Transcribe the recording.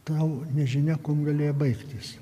tau nežinia kuom galėjo baigtis